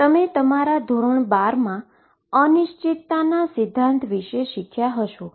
તમે તમારા 12 મા ધોરણમાં અનસર્ટેર્નીટી પ્રિન્સીપલ વિશે શીખ્યા હશો